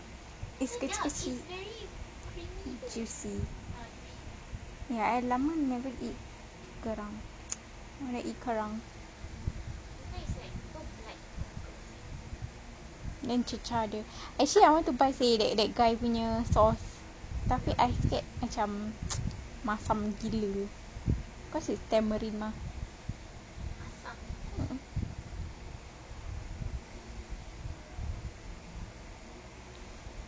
it's kecil-kecil juicy ya I lama never eat kerang I wanna eat kerang then cecah dia actually I want to buy seh that that guy punya sauce tapi I scared macam masam gila because it's tamarind mah